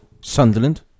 Sunderland